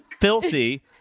filthy